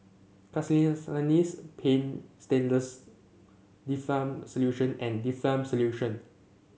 Castellani's Paint Stainless Difflam Solution and Difflam Solution